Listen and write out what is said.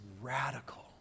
radical